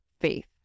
faith